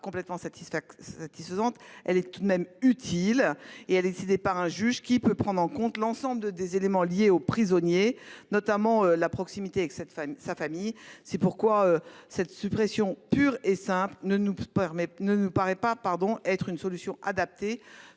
complètement satisfaisante, elle est tout de même utile. Elle est décidée par un juge, qui peut prendre en compte l'ensemble des éléments liés aux prisonniers, notamment la proximité avec sa famille. C'est pourquoi une suppression pure et simple ne nous semble pas une solution adaptée.